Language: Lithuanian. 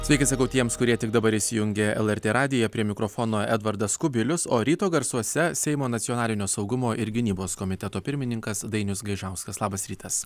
sveiki sakau tiems kurie tik dabar įsijungė lrt radiją prie mikrofono edvardas kubilius o ryto garsuose seimo nacionalinio saugumo ir gynybos komiteto pirmininkas dainius gaižauskas labas rytas